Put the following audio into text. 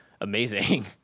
amazing